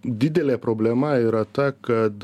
didelė problema yra ta kad